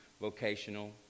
vocational